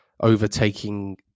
overtaking